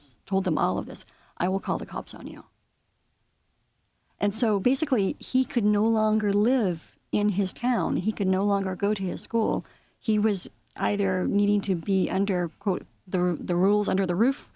told them all of this i will call the cops on you and so basically he could no longer live in his town he could no longer go to his school he was either needing to be under the the rules under the roof